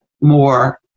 more